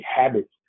habits